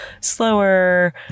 slower